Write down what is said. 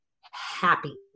happy